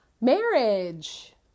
marriage